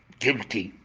guilty,